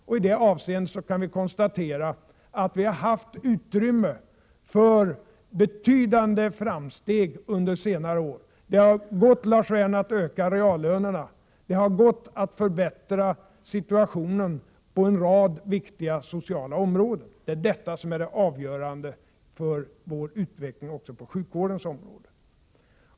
I det avseendet kan vi konstatera att vi har haft utrymme för betydande framsteg under senare år. Det har gått, Lars Werner, att öka reallönerna, det har gått att förbättra situationen på en rad viktiga sociala områden. Det är avgörande för vår utveckling också på sjukvårdens område.